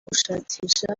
gushakisha